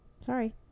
sorry